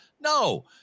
no